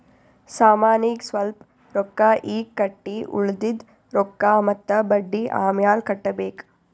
ಸಾಮಾನಿಗ್ ಸ್ವಲ್ಪ್ ರೊಕ್ಕಾ ಈಗ್ ಕಟ್ಟಿ ಉಳ್ದಿದ್ ರೊಕ್ಕಾ ಮತ್ತ ಬಡ್ಡಿ ಅಮ್ಯಾಲ್ ಕಟ್ಟಬೇಕ್